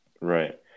Right